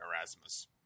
erasmus